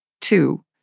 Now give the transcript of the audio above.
two